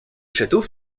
château